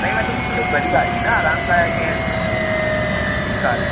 नहीं मैडम वो थोड़ी बड़ी गाड़ी है न आरामदायक है इस कारण